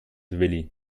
willi